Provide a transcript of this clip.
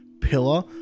pillar